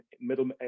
middle